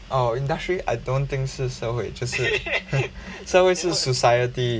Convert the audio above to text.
oh industry I don't think 是社会就是 社会是 society